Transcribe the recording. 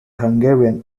hungarian